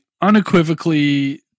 unequivocally